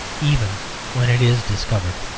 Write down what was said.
even when it is discovered.